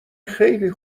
خیلی